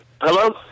Hello